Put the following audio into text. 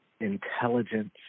intelligence